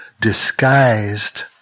disguised